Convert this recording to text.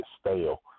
stale